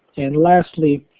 and lastly,